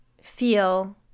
feel